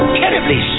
terribly